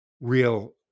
real